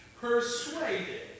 persuaded